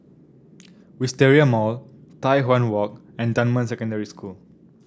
Wisteria Mall Tai Hwan Walk and Dunman Secondary School